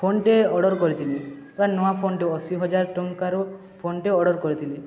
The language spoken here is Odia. ଫୋନ୍ଟେ ଅର୍ଡ଼ର କରିଥିଲି ପୁରା ନୂଆ ଫୋନ୍ଟେ ଅଶୀ ହଜାର ଟଙ୍କାର ଫୋନ୍ଟେ ଅର୍ଡ଼ର କରିଥିଲି